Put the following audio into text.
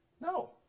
No